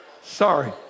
Sorry